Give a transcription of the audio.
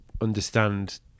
understand